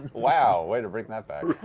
wow! way to bring that back!